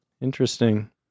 Interesting